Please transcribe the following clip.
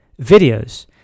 videos